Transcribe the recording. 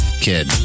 kid